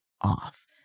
off